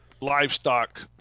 livestock